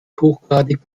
hochgradig